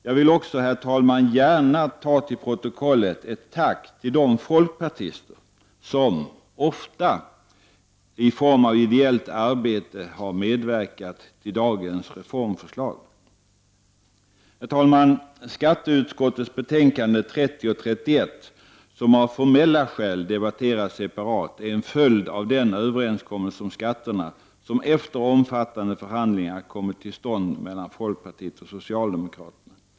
Jag vill också, herr talman, gärna till protokollet få antecknat ett tack till de folkpartister som, ofta i form av ideellt arbete, har medverkat till dagens reformförslag. Herr talman! Skatteutskottets betänkanden 30 och 31, som av formella skäl debatteras separat, är en följd av den överenskommelse om skatterna som efter omfattande förhandlingar kommit till stånd mellan folkpartiet och socialdemokraterna.